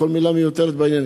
וכל מלה מיותרת בעניין,